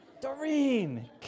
Doreen